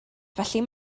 felly